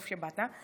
טוב שבאת,